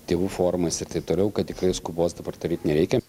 tėvų forumas ir taip toliau kad tikrai skubos dabar daryt nereikia